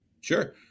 Sure